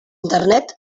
internet